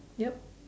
yup